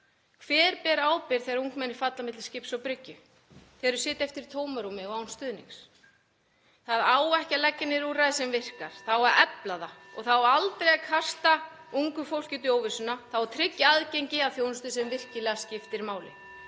Hver ber ábyrgð þegar ungmenni falla milli skips og bryggju, þegar þau sitja eftir tómarúmi og án stuðnings? Það á ekki að leggja niður úrræði sem virkar. Það á að efla það og það á aldrei að kasta ungu fólki út í óvissuna. (Forseti hringir.) Það á að tryggja aðgengi að þjónustu sem virkilega skiptir máli.